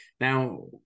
Now